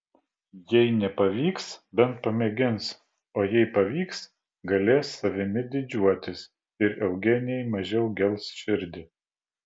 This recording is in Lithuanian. jei nepavyks bent pamėgins o jei pavyks galės savimi didžiuotis ir eugenijai mažiau gels širdį